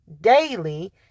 daily